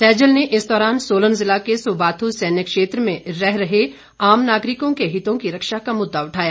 सैजल ने इस दौरान सोलन जिला के सुबाथू सैन्य क्षेत्र में रह रहे आम नागरिकों के हितों की रक्षा का मुद्दा उठाया